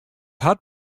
hat